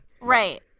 right